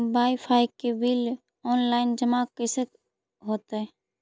Wifi के bill online जमा कैसे होतै?